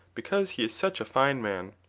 because he is such a fine man.